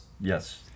yes